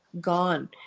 gone